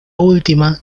última